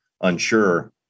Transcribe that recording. unsure